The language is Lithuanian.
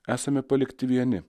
esame palikti vieni